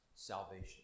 salvation